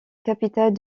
capitale